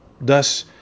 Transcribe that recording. Thus